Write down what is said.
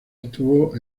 estuvo